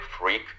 freak